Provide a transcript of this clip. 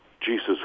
Jesus